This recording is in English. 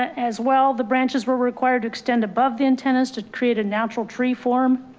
as well. the branches were required to extend above the antennas to create a natural tree form.